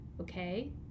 okay